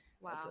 wow